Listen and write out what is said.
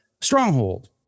Stronghold